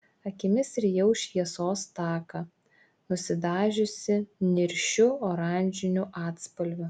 akimis rijau šviesos taką nusidažiusį niršiu oranžiniu atspalviu